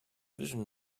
vision